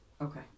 okay